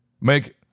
Make